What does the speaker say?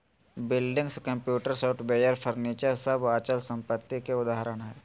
buildings, computer, software, furniture सब अचल संपत्ति के उदाहरण हय